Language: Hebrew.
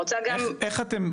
איך אתם,